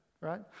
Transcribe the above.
right